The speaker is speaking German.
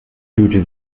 fühlte